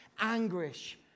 Anguish